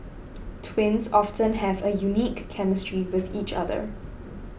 twins often have a unique chemistry with each other